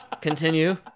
continue